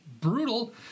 brutal